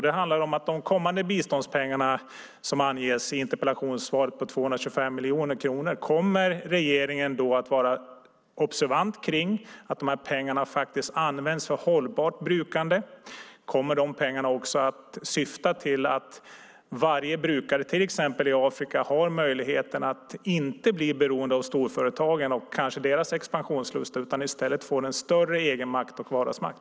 Det handlar om de kommande biståndspengarna på 225 miljoner kronor som anges i interpellationssvaret. Kommer regeringen att vara observant på att pengarna används för hållbart brukande? Kommer pengarna också att syfta till att varje brukare, till exempel i Afrika, har möjlighet att inte bli beroende av storföretagen och deras expansionslust utan i stället få större egenmakt och vardagsmakt?